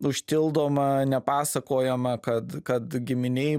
užtildoma nepasakojama kad kad giminėj